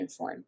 insulin